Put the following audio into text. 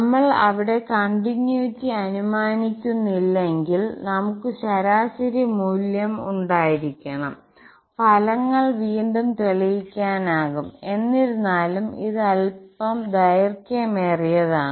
നമ്മൾ അവിടെ കണ്ടിന്യൂറ്റി അനുമാനീക്കുന്നില്ലെങ്കിൽ നമുക്ക് ശരാശരി മൂല്യം ഉണ്ടായിരിക്കണം ഫലങ്ങൾ വീണ്ടും തെളിയിക്കാനാകും എന്നിരുന്നാലും ഇത് അൽപ്പം ദൈർഘ്യമേറിയതാണ്